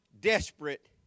Desperate